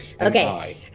Okay